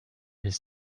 his